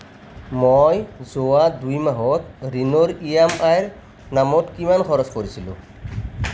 মই যোৱা দুই মাহত ঋণৰ ই এম আই ৰ নামত কিমান খৰচ কৰিছিলোঁ